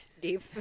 deep